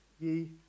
ye